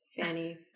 fanny